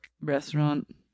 Restaurant